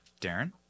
darren